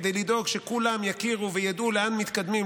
כדי לדאוג שכולם יכירו וידעו לאן מתקדמים,